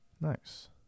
Nice